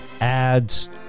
ads